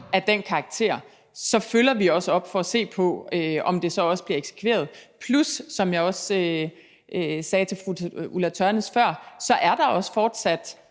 af den karakter, så følger vi også op for at se på, om det så også bliver eksekveret. Og som jeg også sagde til fru Ulla Tørnæs før, er der fortsat